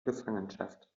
gefangenschaft